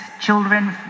children